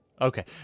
Okay